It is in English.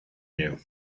you